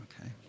Okay